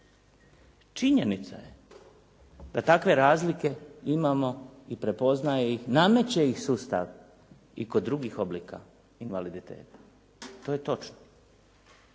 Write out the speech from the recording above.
Činjenica je da takve razlike imamo i prepoznaje ih, nameće ih sustav i kod drugih oblika invaliditeta. To je točno.